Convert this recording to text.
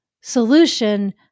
solution